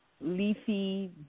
leafy